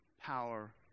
power